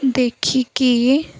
ଦେଖିକି